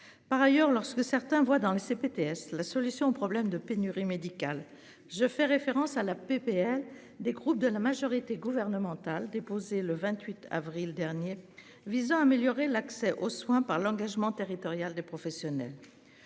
Par ailleurs, lorsque certains voient dans le CPTS, la solution au problème de pénurie médicale. Je fais référence à la PPL des groupes de la majorité gouvernementale déposée le 28 avril dernier, visant à améliorer l'accès aux soins par l'engagement territorial des professionnels.